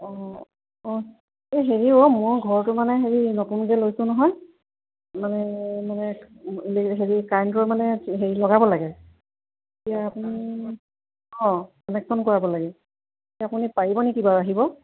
অঁ এই হেৰি অ' মোৰ ঘৰটো মানে হেৰি নতুনকৈ লৈছোঁ নহয় মানে মানে হেৰি কাৰেণ্টৰ মানে হেৰি লগাব লাগে এতিয়া আপুনি অঁ কানেকশ্যন কৰাব লাগে আপুনি পাৰিব নেকি বাৰু আহিব